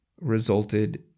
resulted